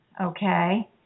Okay